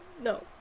no